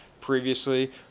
previously